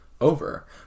over